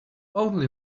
only